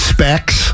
Specs